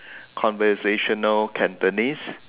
conversational Cantonese